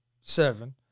seven